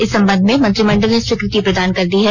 इस संबंध में मंत्रिमंडल ने स्वीकृति प्रदान कर दी है